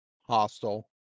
Hostile